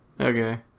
Okay